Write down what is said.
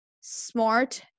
smart